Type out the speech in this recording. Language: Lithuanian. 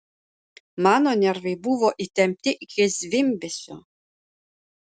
mano nervai buvo įtempti iki zvimbesio